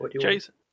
Jason